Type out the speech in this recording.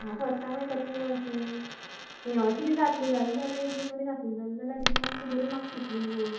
हांव first time आयकत मुगो अशें हें अशें बी जातलें जाल्यार हे इतलें बरें जालें जाल्यार टिचर आमकां बरी माक्स दितलीं मुगो